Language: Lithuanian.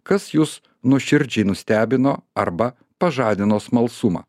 kas jus nuoširdžiai nustebino arba pažadino smalsumą